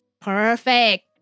Perfect